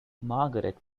margaret